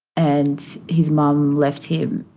and his mom left him.